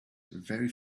very